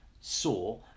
saw